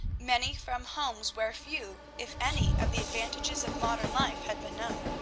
many from homes where few, if any, of the advantages of modern life had been known.